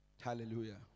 Hallelujah